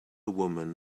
woman